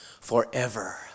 forever